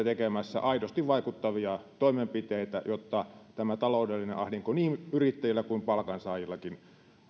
tekemässä aidosti vaikuttavia toimenpiteitä jotta tämä taloudellinen ahdinko niin yrittäjillä kuin palkansaajillakin